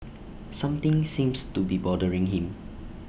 something seems to be bothering him